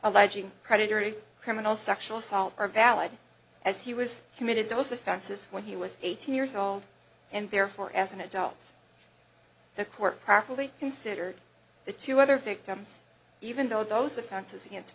alleging predatory criminal sexual assault are valid as he was committed those offenses when he was eighteen years old and therefore as an adult the court properly considered the two other victims even though those offenses against